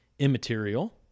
immaterial